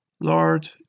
Lord